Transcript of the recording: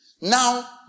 Now